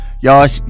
y'all